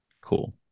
Cool